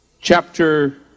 chapter